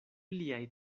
liaj